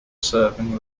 serving